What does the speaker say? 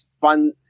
fun